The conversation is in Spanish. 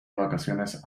vacaciones